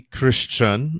Christian